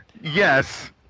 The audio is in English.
yes